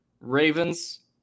Ravens